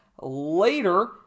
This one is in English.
later